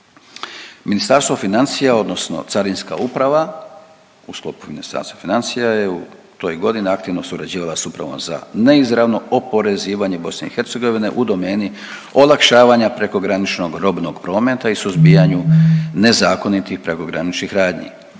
Ministarstvo financija odnosno Carinska uprava u sklopu Ministarstva financija je u toj godini aktivno surađivala s Upravom za neizravno oporezivanje BiH u domeni olakšavanja prekograničnog robnog prometa i suzbijanju nezakonitih prekograničnih radnji.